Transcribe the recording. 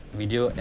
video